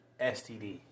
STD